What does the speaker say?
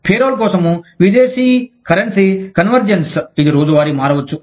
payroll కోసం విదేశీ currency convergence ఇది రోజువారీ మారవచ్చు